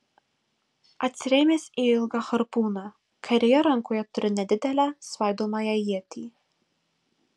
atsirėmęs į ilgą harpūną kairėje rankoje turi nedidelę svaidomąją ietį